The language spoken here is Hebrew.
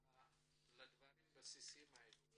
לדברים הבסיסיים האלה.